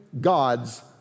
God's